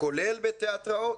כולל בתיאטראות.